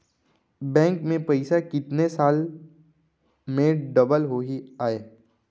Bank में पइसा कितने साल में डबल होही आय?